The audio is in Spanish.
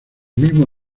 mismo